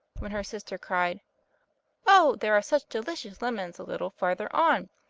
when her sister cried oh, there are such delicious lemons a little farther on.